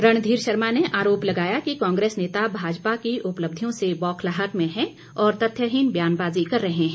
रणधीर शर्मा ने आरोप लगाया कि कांग्रेस नेता भाजपा की उपलब्धियों से बौखलाहट में हैं और तथ्यहीन ब्यानबाजी कर रहे हैं